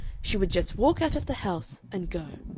she would just walk out of the house and go.